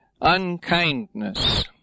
unkindness